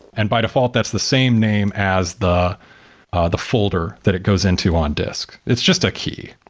and by default, that's the same name as the the folder that it goes into on disk. it's just a key,